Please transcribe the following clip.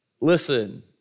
Listen